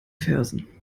fersen